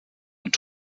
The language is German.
und